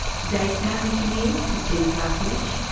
today's sound engineer is jenny parsonage,